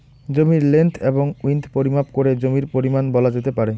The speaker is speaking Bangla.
জমির লেন্থ এবং উইড্থ পরিমাপ করে জমির পরিমান বলা যেতে পারে